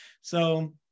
So-